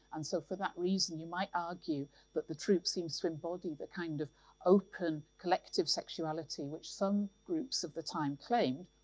and so for that reason, you might argue that the troupe seems to embody the kind of open collective sexuality which some groups of the time claimed,